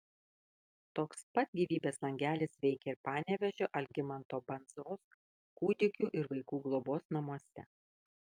toks pat gyvybės langelis veikia ir panevėžio algimanto bandzos kūdikių ir vaikų globos namuose